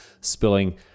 spilling